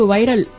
Viral